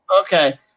Okay